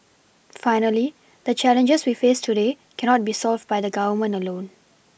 finally the challenges we face today cannot be solved by the Government alone